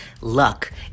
Luck